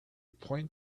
point